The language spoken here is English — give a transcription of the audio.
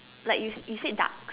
like you you said duck